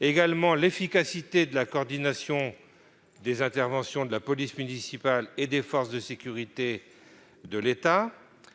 l'efficacité de la coordination des interventions de la police municipale et des forces de sécurité de l'État